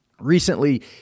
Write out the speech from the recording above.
Recently